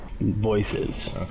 voices